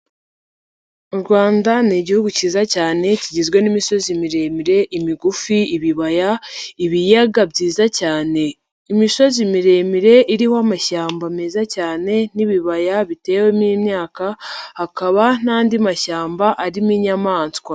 U Rwanda ni igihugu cyiza cyane, kigizwe n'imisozi miremire, imigufi, ibibaya ibiyaga byiza cyane. Imisozi miremire, iriho amashyamba meza cyane n'ibibaya bitewemo imyaka, hakaba n'andi mashyamba arimo inyamaswa.